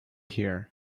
here